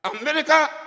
America